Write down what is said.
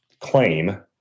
claim